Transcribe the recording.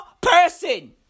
person